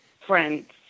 friends